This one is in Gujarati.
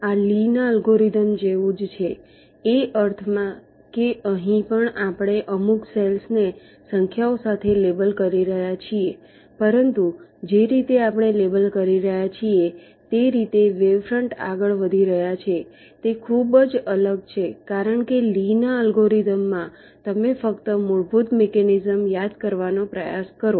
આ લી'ના અલ્ગોરિધમ જેવું જ છે એ અર્થમાં કે અહીં પણ આપણે અમુક સેલ્સ ને સંખ્યાઓ સાથે લેબલ કરી રહ્યા છીએ પરંતુ જે રીતે આપણે લેબલ કરી રહ્યા છીએ જે રીતે વેવ ફ્રન્ટ આગળ વધી રહ્યા છે તે ખૂબ જ અલગ છે કારણ કે લીના અલ્ગોરિધમ Lee's algorithm માં તમે ફક્ત મૂળભૂત મેકેનિઝમ યાદ કરવાનો પ્રયાસ કરો